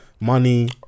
money